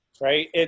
right